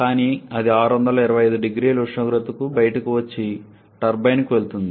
కానీ అది 625 0C ఉష్ణోగ్రతకు బయటకు వచ్చి టర్బైన్కు వెళుతుంది